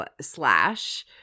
slash